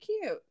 cute